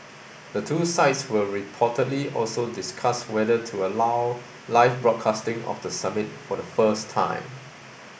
the two sides will reportedly also discuss whether to allow live broadcasting of the summit for the first time